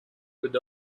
with